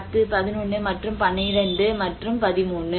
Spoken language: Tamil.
10 11 மற்றும் 12 மற்றும் 13